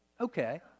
Okay